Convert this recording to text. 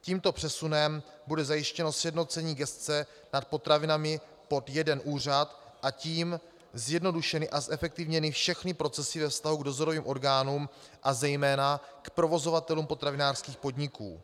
Tímto přesunem bude zajištěno sjednocení gesce nad potravinami pod jeden úřad, a tím zjednodušeny a zefektivněny všechny procesy ve vztahu k dozorovým orgánům a zejména k provozovatelům potravinářských podniků.